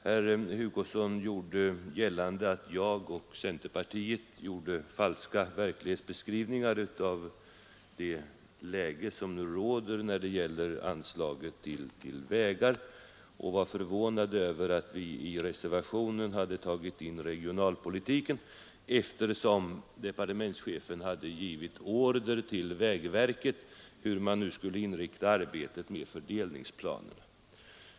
Herr Hugosson gjorde gällande att jag och centerpartiet lämnade falska beskrivningar av det läge som nu råder när det gäller anslagen till vägar och var förvånad över att vi i reservationen på denna punkt hade tagit in regionalpolitiken som argument, eftersom departementschefen givit order till vägverket om hur man nu skulle inrikta arbetet med fördelningsplanerna.